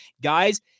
guys